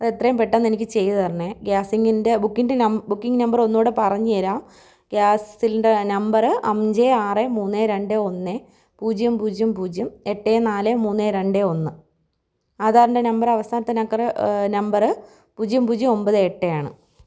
അതെത്രയും പെട്ടെന്ന് എനിക്ക് ചെയ്തുതരണേ ഗ്യാസിൻ്റെ ബുക്കിങ്ങിൻ്റെ ബുക്കിങ്ങ് നമ്പർ ഒന്നുകൂടി പറഞ്ഞുതരാം ഗ്യാസിൻ്റെ നമ്പറ് അഞ്ച് ആറ് മൂന്ന് രണ്ട് ഒന്ന് പൂജ്യം പൂജ്യം പൂജ്യം എട്ട് നാല് മൂന്ന് രണ്ട് ഒന്ന് ആധാറിൻ്റെ നമ്പറ് അവസാനത്തെ നമ്പറ് പൂജ്യം പൂജ്യം ഒമ്പത് എട്ട് ആണ്